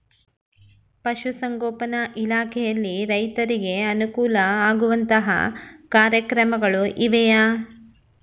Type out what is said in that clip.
ಪಶುಸಂಗೋಪನಾ ಇಲಾಖೆಯಲ್ಲಿ ರೈತರಿಗೆ ಅನುಕೂಲ ಆಗುವಂತಹ ಕಾರ್ಯಕ್ರಮಗಳು ಇವೆಯಾ?